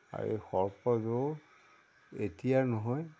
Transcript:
এই সৰ্পযোৰ এতিয়াৰ নহয়